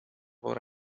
por